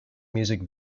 music